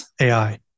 AI